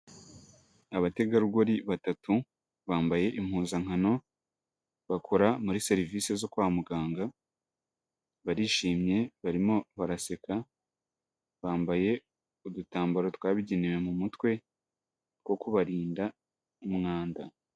Abategarugori batatu bambaye impuzankano, bakora muri serivisi zo kwa muganga, barishimye barimo baraseka, bambaye udutambaro twabigenewe mu mutwe, two kubarinda umwanda.